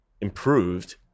improved